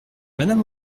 madame